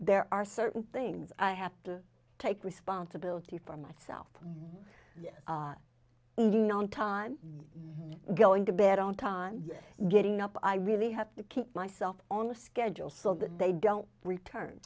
there are certain things i have to take responsibility for myself yes and you know on time going to bed on time getting up i really have to keep myself on a schedule so that they don't return